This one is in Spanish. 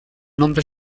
nombre